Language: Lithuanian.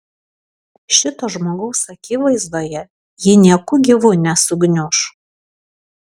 šito žmogaus akivaizdoje ji nieku gyvu nesugniuš